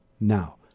now